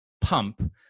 pump